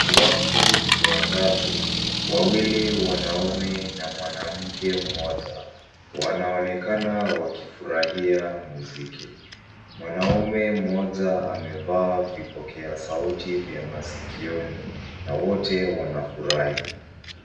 Watu watatu, wawili wanaume na mwanamke mmoja wanaonekana wakifurahia muziki. Mwanaume mmoja amevaa vipokea sauti vya masikioni na wote wanafurahi.